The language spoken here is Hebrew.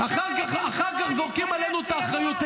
אחר כך זורקים עלינו את האחריות.